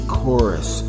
chorus